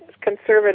Conservative